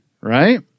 right